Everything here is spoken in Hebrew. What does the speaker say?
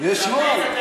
יש נוהל.